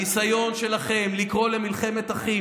הניסיון שלכם לקרוא למלחמת אחים,